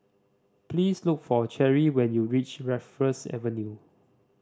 please look for Cherri when you reach Raffles Avenue